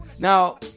Now